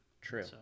True